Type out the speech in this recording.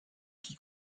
qui